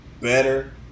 better